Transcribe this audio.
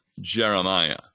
Jeremiah